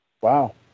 Wow